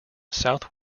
south